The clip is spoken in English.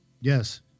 yes